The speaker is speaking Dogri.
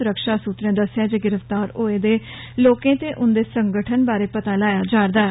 सुरक्षा सूत्रे दस्सेआ ऐ जे गिरफ्तार होए दे आतंकी ते उंदे संगठन बारै पता लाया जा रदा ऐ